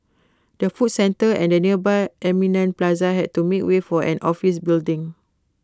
the food centre and the nearby Eminent plaza had to make way for an office building